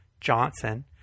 Johnson